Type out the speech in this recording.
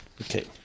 Okay